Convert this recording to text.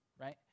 right